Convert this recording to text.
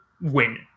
win